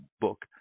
book